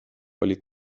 oli